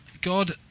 God